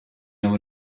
know